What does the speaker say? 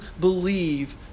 believe